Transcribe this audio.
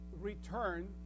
return